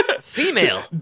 female